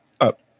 up